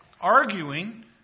arguing